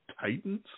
Titans